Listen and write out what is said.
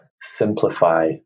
simplify